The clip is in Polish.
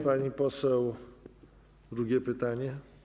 Pani poseł, drugie pytanie.